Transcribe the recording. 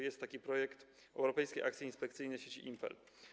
Jest projekt „Europejskie akcje inspekcyjne” sieci IMPEL.